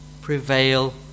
prevail